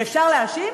ואפשר להאשים